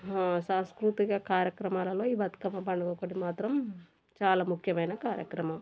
సాంస్కృతిక కార్యక్రమాలలో ఈ బతుకమ్మ పండుగ ఒకటి మాత్రం చాలా ముఖ్యమైన కార్యక్రమం